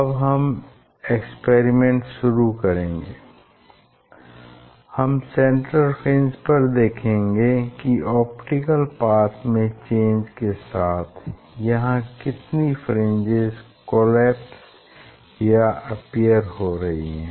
अब हम एक्सपेरीमेंट शुरू करेंगे हम सेंट्रल फ्रिंज पर देखेंगे कि ऑप्टिकल पाथ में चेंज के साथ यहाँ कितनी फ्रिंजेस कोलैप्स या अपीयर हो रही हैं